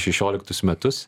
šešioliktus metus